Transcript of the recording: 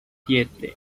siete